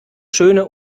schöne